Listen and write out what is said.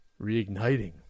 reigniting